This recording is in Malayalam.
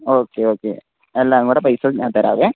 ഓക്കെ ഓക്കെ എല്ലാം കൂടി പൈസ ഞാൻ തരാമേ